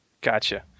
gotcha